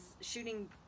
shooting